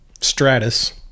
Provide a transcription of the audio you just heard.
Stratus